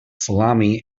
salami